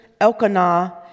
Elkanah